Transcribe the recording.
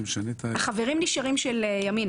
זה משנה --- החברים הנשארים הם מימינה.